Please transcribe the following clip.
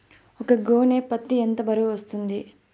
ఒక గోనె పత్తి ఎంత బరువు వస్తుంది?